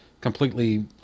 completely